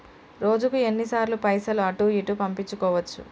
రోజుకు ఎన్ని సార్లు పైసలు అటూ ఇటూ పంపించుకోవచ్చు?